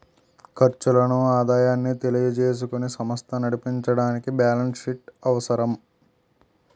ఖర్చులను ఆదాయాన్ని తెలియజేసుకుని సమస్త నడిపించడానికి బ్యాలెన్స్ షీట్ అవసరం